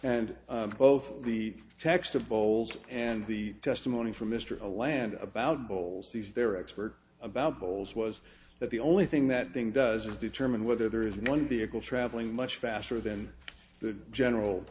and both the text of bowls and the testimony from mr a land about bowls sees their expert about bowls was that the only thing that thing does is determine whether there is one vehicle traveling much faster than the general